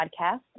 podcast